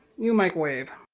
new microwave.